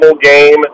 game